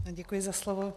Děkuji za slovo.